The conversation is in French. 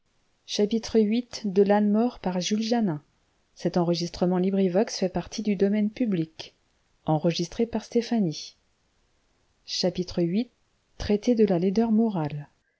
viii traité de la laideur morale